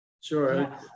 Sure